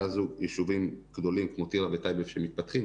הזאת ישובים גדולים כמו טירה וטייבה שמתפתחים,